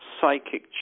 psychic